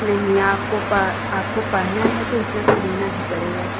नहीं आपको प आपको पढ़ना है तो इतना तो देना ही पड़ेगा